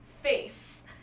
face